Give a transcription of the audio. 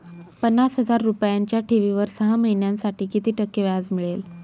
पन्नास हजार रुपयांच्या ठेवीवर सहा महिन्यांसाठी किती टक्के व्याज मिळेल?